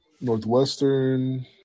Northwestern